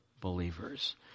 believers